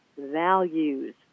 values